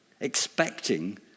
expecting